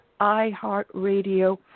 iHeartRadio